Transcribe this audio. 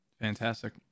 fantastic